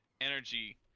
energy